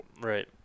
Right